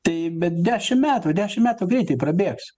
tai bet dešim metų dešim metų greitai prabėgs